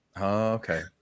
Okay